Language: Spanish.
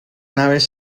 naves